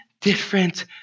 different